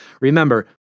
remember